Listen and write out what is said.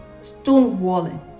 Stonewalling